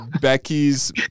Becky's